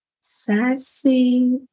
Sassy